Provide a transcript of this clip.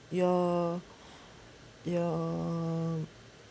your your